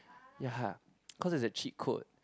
ya cause it's a cheat code